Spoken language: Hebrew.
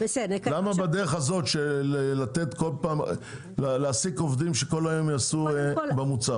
למה בדרך הזאת של להעסיק עובדים שכל היום יעסקו במוצר?